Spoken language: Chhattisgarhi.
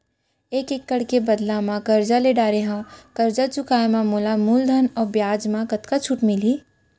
एक एक्कड़ के बदला म करजा ले डारे हव, करजा चुकाए म मोला मूलधन अऊ बियाज म कतका छूट मिलही?